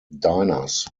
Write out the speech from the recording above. diners